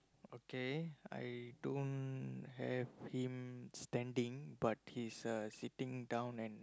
okay I don't have him standing but he's uh sitting down and